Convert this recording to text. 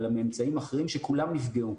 אלא מאמצעים אחרים שכולם נפגעו,